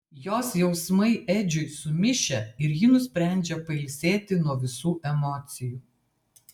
jos jausmai edžiui sumišę ir ji nusprendžia pailsėti nuo visų emocijų